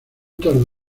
tardó